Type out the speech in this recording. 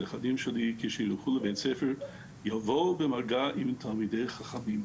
שלילדים שלי כשילכו לבית ספר יבואו במגע עם תלמידי חכמים,